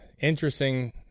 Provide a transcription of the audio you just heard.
interesting